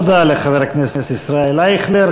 תודה לחבר הכנסת ישראל אייכלר.